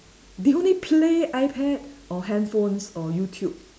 they only play iPad or handphones or YouTube